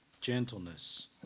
gentleness